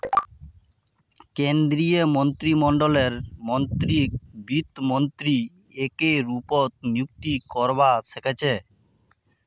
केन्द्रीय मन्त्रीमंडललेर मन्त्रीकक वित्त मन्त्री एके रूपत नियुक्त करवा सके छै